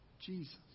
Jesus